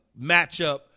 matchup